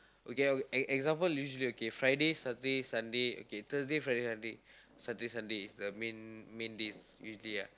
okay e~ example usually okay Friday Saturday Sunday okay Thursday Friday Sunday Saturday Sunday is the main main days usually lah